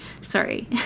sorry